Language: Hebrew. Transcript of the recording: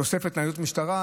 תוספת ניידות משטרה,